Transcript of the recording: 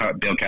Bill